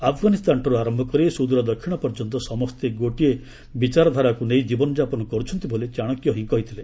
ଆଫଗାନିସ୍ଥାନଠାରୁ ଆରମ୍ଭ କରି ସୁଦୂର ଦକ୍ଷିଣ ପର୍ଯ୍ୟନ୍ତ ସମସ୍ତେ ଗୋଟିଏ ବିଚାରଧାରାକୁ ନେଇ ଜୀବନ ଯାପନ କରୁଛନ୍ତି ବୋଲି ଚାଶକ୍ୟ ହିଁ କହିଥିଲେ